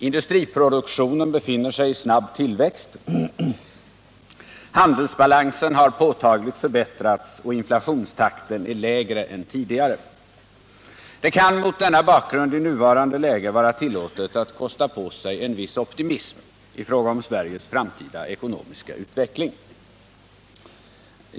Industriproduktionen befinner sig i snabb tillväxt, handelsbalansen har påtagligt förbättrats och inflationstakten är lägre än tidigare. Det kan mot denna bakgrund i nuvarande läge vara tillåtet att kosta på sig en viss optimism i fråga om Sveriges framtida ekonomiska utveckling.